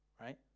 right